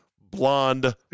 blonde